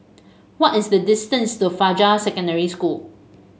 what is the distance to Fajar Secondary School